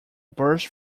burst